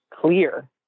clear